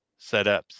setups